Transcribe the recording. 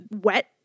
wet